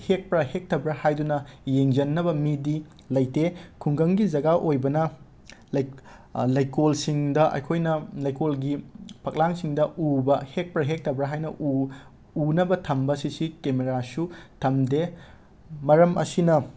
ꯍꯦꯛꯄ꯭ꯔ ꯍꯦꯛꯇꯕ꯭ꯔ ꯍꯥꯏꯗꯨꯅ ꯌꯦꯡꯁꯤꯟꯅꯕ ꯃꯤꯗꯤ ꯂꯩꯇꯦ ꯈꯨꯡꯒꯪꯒꯤ ꯖꯒꯥ ꯑꯣꯏꯕꯅ ꯂꯩ ꯂꯩꯀꯣꯜꯁꯤꯡꯗ ꯑꯩꯈꯣꯏꯅ ꯂꯩꯀꯣꯜꯒꯤ ꯐꯛꯂꯥꯡꯁꯤꯡꯗ ꯎꯕ ꯍꯦꯛꯄ꯭ꯔ ꯍꯦꯛꯇꯕ꯭ꯔ ꯍꯥꯏꯅ ꯎ ꯎꯅꯕ ꯊꯝꯕ ꯁꯤ ꯁꯤ ꯀꯦꯃꯔꯥꯁꯨ ꯊꯝꯗꯦ ꯃꯔꯝ ꯑꯁꯤꯅ